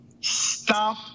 stop